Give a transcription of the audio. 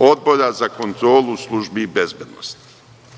Odbora za kontrolu službi bezbednosti,